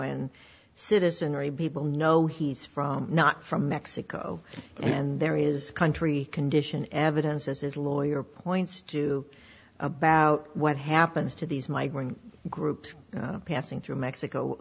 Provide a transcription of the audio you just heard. and citizenry people know he's from not from mexico and there is a country condition evidences his lawyer points to about what happens to these migrant groups passing through mexico